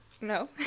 No